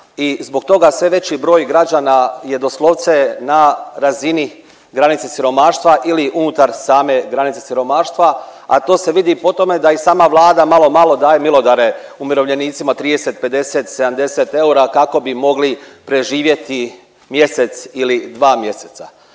i zbog toga sve veći broj građana je doslovce na razini granice siromaštva ili unutar same granice siromaštva, a to se vidi i po tome da i sama Vlada malo, malo daje milodare umirovljenicima 30, 50, 70 eura kako bi mogli preživjeti mjesec ili dva mjeseca.